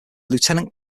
lieutenant